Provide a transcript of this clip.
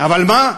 אבל מה?